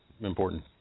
Important